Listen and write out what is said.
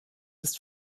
ist